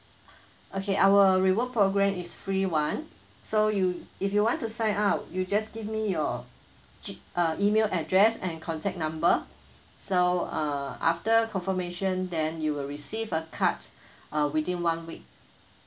okay our reward program is free one so you if you want to sign up you just give me your chi~ uh email address and contact number so uh after confirmation then you will receive a card uh within one week